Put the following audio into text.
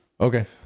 Okay